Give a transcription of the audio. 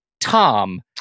Tom